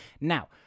Now